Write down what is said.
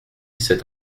cet